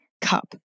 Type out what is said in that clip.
cup